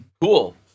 Cool